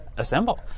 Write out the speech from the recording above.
assemble